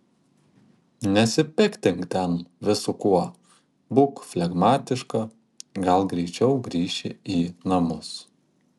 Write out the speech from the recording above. nesipiktink ten visu kuo būk flegmatiška gal greičiau grįši į namus